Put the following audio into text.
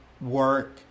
work